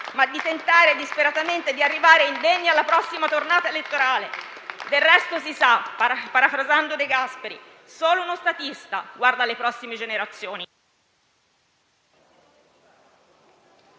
ma di tentare disperatamente di arrivare indenni alla prossima tornata elettorale. Del resto, si sa -parafrasando De Gasperi - solo uno statista guarda alle prossime generazioni.